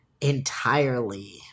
entirely